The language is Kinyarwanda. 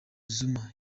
zuma